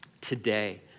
Today